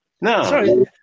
No